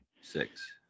Six